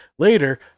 Later